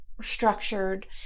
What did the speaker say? structured